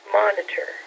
monitor